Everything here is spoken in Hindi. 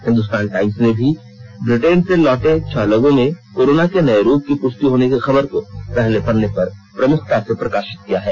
हिन्दुस्तान टाईम्स ने भी व्रिटेन से लौटे छह लोगों में कोरोना के नए रूप की पुष्टि होने की खबर को पहले पन्ने पर प्रमुखता से प्रकाशित किया है